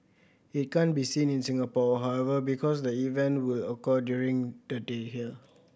it can't be seen in Singapore however because the event will occur during the day here